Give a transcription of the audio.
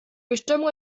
bestimmung